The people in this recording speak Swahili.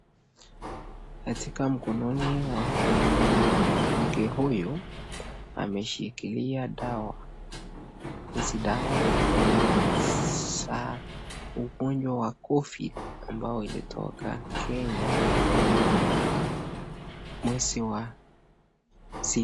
Katika mkononi mwanamke huyu ameshikilia dawa. Hizi dawa ni za kukunywa covid ambayo ilitoka Kenya mwezi wa sit...